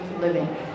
living